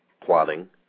plotting